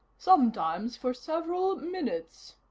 sometimes for several minutes.